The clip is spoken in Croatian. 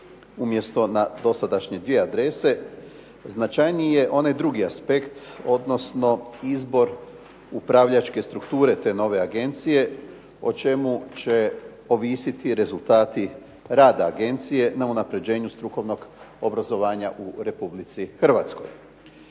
umjesto na dosadašnje dvije adrese, značajniji je onaj drugi aspekt, odnosno izbor upravljačke strukture te nove agencije o čemu će ovisiti rezultati rada agencije na unapređenju strukovnog obrazovanja u Republici Hrvatskoj.